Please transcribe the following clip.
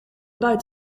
buit